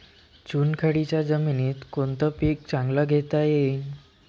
चुनखडीच्या जमीनीत कोनतं पीक चांगलं घेता येईन?